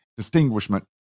distinguishment